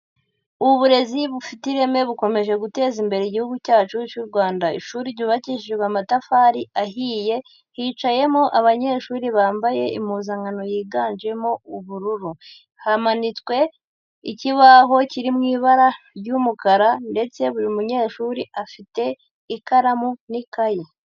Uburezi bufite ireme bukomeje guteza imbere Igihugu cyacu cy'u Rwanda, ishuri ryubakishijwe amatafari ahiye hicayemo abanyeshuri bambaye impuzankano yiganjemo ubururu, hamanitswe ikibaho kiri mu ibara ry'umukara ndetse buri munyeshuri afite ikaramu n'ikayi.